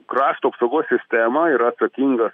krašto apsaugos sistemą yra atsakingas